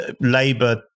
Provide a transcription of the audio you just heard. Labour